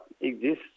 exists